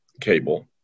cable